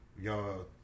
Y'all